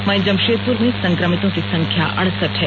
वहीं जमशेदपुर में संक्रमितों की संख्या अड़सठ है